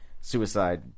suicide